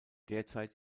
derzeit